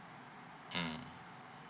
mm